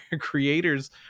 creators